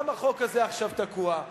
גם החוק הזה עכשיו תקוע,